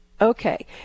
Okay